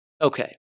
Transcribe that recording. okay